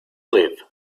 live